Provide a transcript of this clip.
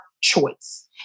choice